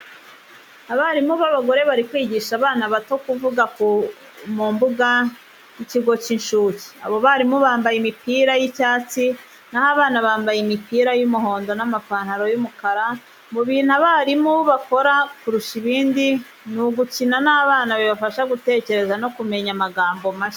Abarimu b'abagore bari kwigisha abana bato kuvuga mu mbuga y'ikigo cy'incuke, abo barimu bambaye imipira y'icyatsi na ho abana bambaye imipira y'umuhondo n'amapantaro y'umukara. Mu bintu abarimu bakora kurusha ibindi ni ugukina n'abana bibafasha gutekereza no kumenya amagambo mashya.